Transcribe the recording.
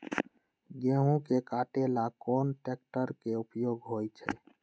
गेंहू के कटे ला कोंन ट्रेक्टर के उपयोग होइ छई?